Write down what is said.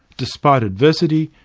despite adversity,